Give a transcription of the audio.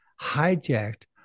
hijacked